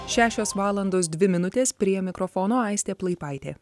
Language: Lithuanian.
šešios valandos dvi minutės prie mikrofono aistė plaipaitė